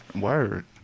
Word